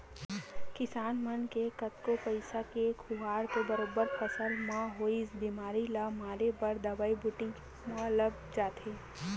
किसान मन के कतको पइसा के खुवार तो बरोबर फसल म होवई बेमारी ल मारे बर दवई बूटी म लग जाथे